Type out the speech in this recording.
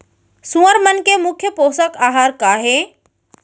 सुअर मन के मुख्य पोसक आहार का हे?